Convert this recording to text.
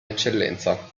eccellenza